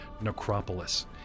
necropolis